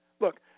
Look